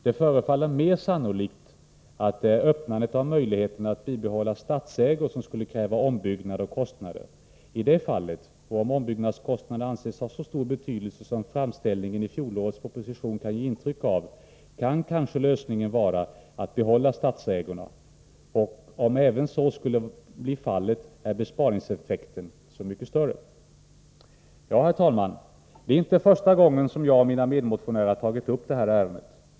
Det förefaller mer sannolikt att det är öppnande av möjligheten att bibehålla stadsägor som skulle kräva ombyggnad och kostnader. I det fallet och om ombyggnadskostnaden anses ha så stor betydelse som framställningen i fjolårets proposition kan ge intryck av, kan kanske lösningen vara att behålla stadsägorna. Och om så skulle bli fallet är besparingseffekten så mycket större. Ja, herr talman, det är inte första gången som jag och mina medmotionärer har tagit upp detta ärende.